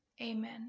amen